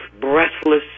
breathless